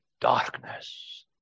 darkness